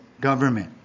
government